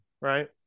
right